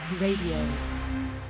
Radio